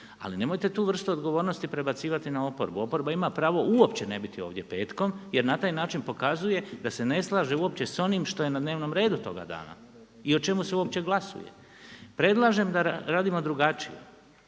ali nemojte tu vrstu odgovornosti prebacivati na oporbu. Oporba ima pravo uopće ne biti ovdje petkom jer na taj način pokazuje da se ne slaže uopće s onim što je na dnevnom redu toga dana i o čemu se uopće glasuje. Predlažem da radimo drugačije.